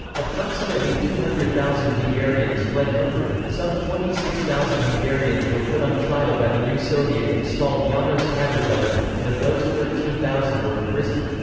approximately two hundred thousand hungarians fled hungary, some twenty six thousand hungarians were put on trial by the new soviet-installed janos kadar government, and of those, thirteen thousand were imprisoned.